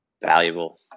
valuable